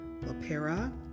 LaPera